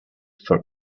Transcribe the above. for